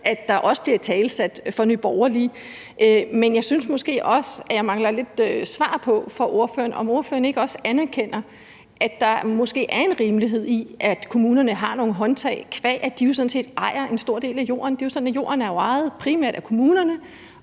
at der også bliver talt om fra Nye Borgerlige. Men jeg synes måske også, at jeg mangler lidt svar fra ordføreren på, om ordføreren ikke også anerkender, at der måske er en rimelighed i, at kommunerne har nogle håndtag, qua at de jo sådan set ejer en stor del af jorden. Det er sådan, at jorden primært er ejet af kommunerne,